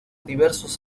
diversos